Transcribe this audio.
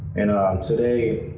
and today,